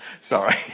Sorry